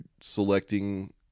selecting